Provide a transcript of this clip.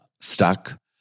stuck